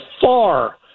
far